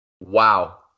Wow